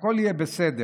הכול יהיה בסדר.